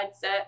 set